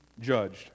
judged